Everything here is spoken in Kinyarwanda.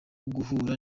guhura